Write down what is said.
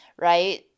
right